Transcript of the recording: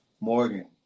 Morgan